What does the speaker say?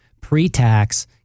pre-tax